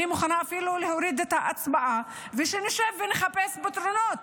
אני מוכנה אפילו להוריד את ההצבעה ושנשב ונחפש פתרונות,